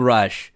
Rush